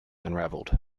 unraveled